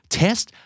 test